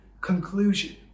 conclusion